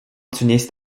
zunächst